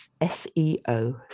SEO